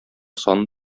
саны